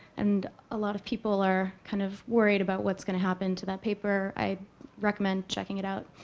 and a lot of people are, kind of, worried about what's going to happen to that paper. i recommend checking it out.